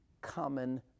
common